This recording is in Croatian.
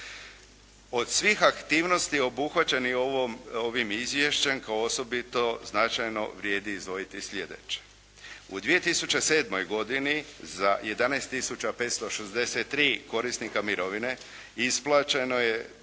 Od svih aktivnosti obuhvaćeni ovim izvješćem kao osobito značajno vrijedi izdvojiti sljedeće. U 2007. godini za 11 tisuća 563 korisnika mirovine isplaćeno je